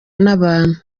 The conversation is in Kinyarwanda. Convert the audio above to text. n’abantu